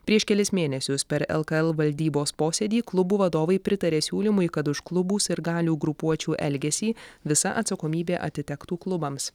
prieš kelis mėnesius per lkl valdybos posėdį klubų vadovai pritarė siūlymui kad už klubų sirgalių grupuočių elgesį visa atsakomybė atitektų klubams